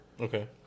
Okay